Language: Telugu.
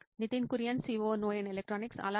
నితిన్ కురియన్ COO నోయిన్ ఎలక్ట్రానిక్స్ అలాగే